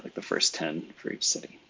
the first ten for each city.